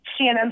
CNN